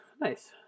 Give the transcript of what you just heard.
nice